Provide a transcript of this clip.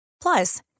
Plus